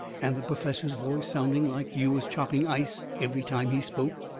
and the perfessor's voice sounding like you was chopping ice every time he spoke.